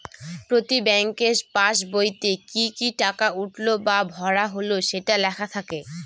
প্রতি ব্যাঙ্কের পাসবইতে কি কি টাকা উঠলো বা ভরা হল সেটা লেখা থাকে